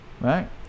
right